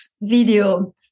video